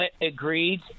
Agreed